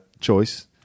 choice